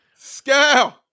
Scal